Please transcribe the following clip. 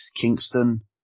Kingston